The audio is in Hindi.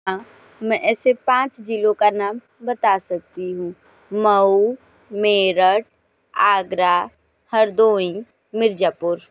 हाँ मैं ऐसे पाँच ज़िलो के नाम बता सकती हूँ मऊ मेरठ आगरा हरदोई मिर्ज़ापुर